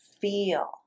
feel